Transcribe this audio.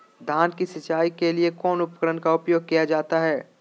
धान की सिंचाई के लिए कौन उपकरण का उपयोग किया जाता है?